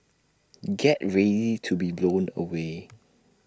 get ready to be blown away